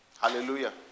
Hallelujah